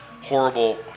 horrible